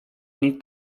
nic